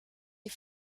die